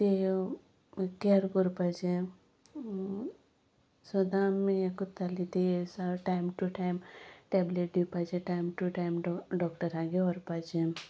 ती कॅर कोपाचें सदां आमी हें करत्ताली ती टायम टू टायम टॅबलेट दिवपाचे टायम टू टायम डॉक्टरांगेर व्हरपाचें